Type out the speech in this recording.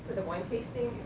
the wine tasting,